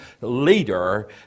leader